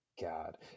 god